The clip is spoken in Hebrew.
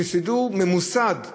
סידור ממוסד מהרשויות,